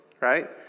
right